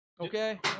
Okay